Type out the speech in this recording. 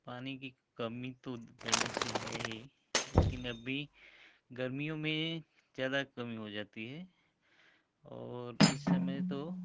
पानी की कमी तो पहले से है हीं लेकिन अब भी गर्मियों में ज़्यादा कमी हो जाती है और इस समय तो